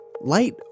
light